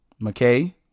McKay